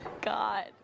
God